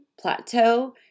plateau